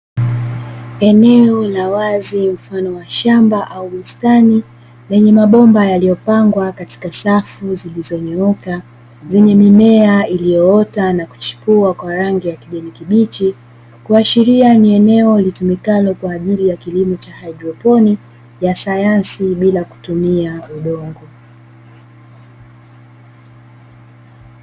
Eneo la wazi mfano wa shamba au bustani, lenye mabomba yaliyopangwa katika safu zilizonyooka, zenye mimea iliyoota na kuchipua kwa rangi ya kijani kibichi, kuashiria ni eneo litumikalo kwa ajili ya kilimo cha haidroponi ya sayansi bila kutumia udongo.